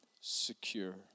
secure